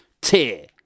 tier